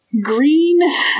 green